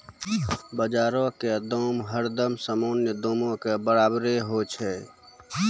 बजारो के दाम हरदम सामान्य दामो के बराबरे होय छै